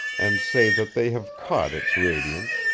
and say that they have caught its radiance,